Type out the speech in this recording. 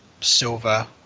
silver